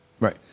Right